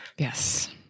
Yes